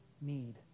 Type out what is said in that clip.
need